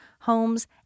homes